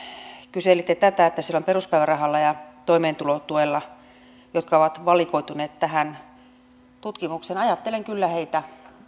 kyselitte tätä että siellä on peruspäivärahalla ja toimeentulotuella olevia jotka ovat valikoituneet tähän tutkimukseen ajattelen kyllä heitä